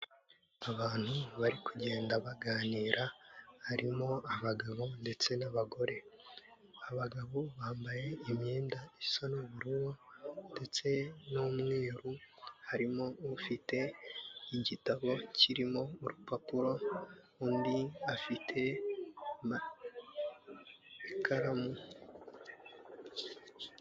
Abantu bari kugenda baganira harimo abagabo ndetse n'abagore, abagabo bambaye imyenda isa n'ubururu ndetse n'umweru, harimo ufite igitabo kirimo urupapuro undi afite ikaramu.